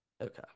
okay